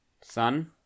Sun